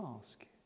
ask